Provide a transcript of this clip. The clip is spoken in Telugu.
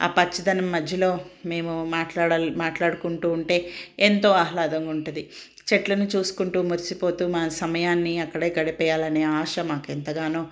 ఆ పచ్చదనం మధ్యలో మేము మాట్లాడాల మాట్లాడుకుంటూ ఉంటే ఎంతో ఆహ్లాదంగా ఉంటది చెట్లని చూసుకుంటూ మురిసిపోతూ మా సమయాన్ని అక్కడే గడిపేయాలనే ఆశ మాకు ఎంతగానో